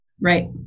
Right